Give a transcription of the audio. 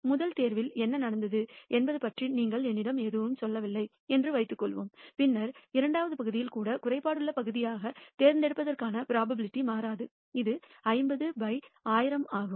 முதல் தேர்வில் என்ன நடந்தது என்பது பற்றி நீங்கள் என்னிடம் எதுவும் சொல்லவில்லை என்று வைத்துக்கொள்வோம் பின்னர் இரண்டாவது பகுதியிலும் கூட குறைபாடுள்ள பகுதியாகத் தேர்ந்தெடுப்பதற்கான ப்ரோபபிலிட்டி மாறாது அது 50 by 1000 ஆகும்